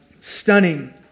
stunning